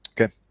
okay